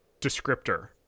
descriptor